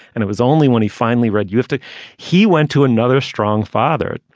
and it was only when he finally read, you have to he went to another strong father.